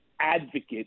advocate